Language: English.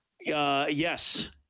Yes